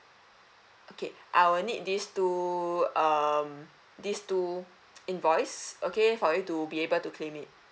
okay I will need this two um this two invoice okay for you to be able to claim it